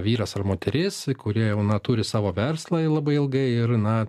vyras ar moteris kurie jauna turi savo verslą labai ilgai ir na